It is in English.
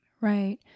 Right